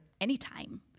anytime